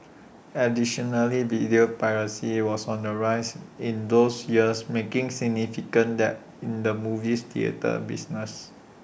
additionally video piracy was on the rise in those years making significant dent in the movies theatre business